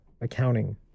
accounting